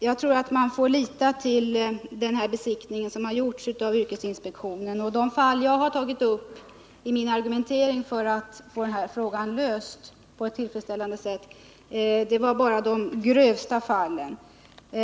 Jag tror man får lita till den besiktning som har gjorts av yrkesinspektionen och de fall jag har tagit upp i min argumentering för att få frågan löst på ett tillfredsställande sätt — det var bara de grövsta fallen.